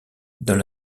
dans